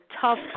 tough